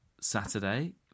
Saturday